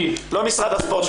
לא משרד הספורט,